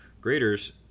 Graders